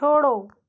छोड़ो